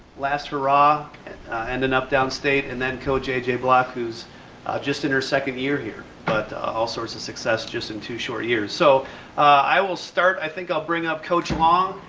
last hurrah. and ended up downstate and then coach jj block, who's just in her second year here, but all sorts of success just in two short years. so i will start i think i'll bring up coach long,